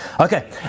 Okay